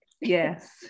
Yes